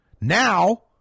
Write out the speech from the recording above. Now